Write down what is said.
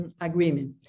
agreement